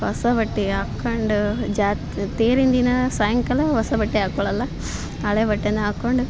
ಹೊಸ ಬಟ್ಟೆ ಆಕೊಂಡು ಜಾತ್ರೆ ತೇರಿನ ದಿನ ಸಾಯಂಕಾಲ ಹೊಸ ಬಟ್ಟೆ ಹಾಕೊಳಲ್ಲ ಹಳೆ ಬಟ್ಟೆನೇ ಹಾಕೊಂಡು